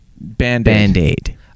band-aid